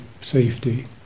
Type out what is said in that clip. safety